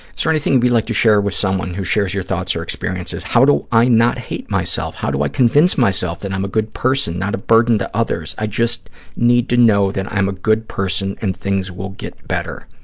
there anything you'd like to share with someone who shares your thoughts or experiences? how do i not hate myself? how do i convince myself that i'm a good person, not a burden to others? i just need to know that i'm a good person and things will get better.